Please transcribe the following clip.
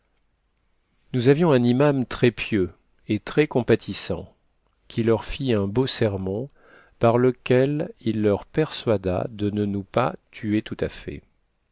nous avions un iman très pieux et très compatissant qui leur fit un beau sermon par lequel il leur persuada de ne nous pas tuer